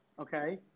okay